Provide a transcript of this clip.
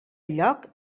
lloc